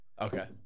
Okay